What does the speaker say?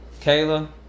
Kayla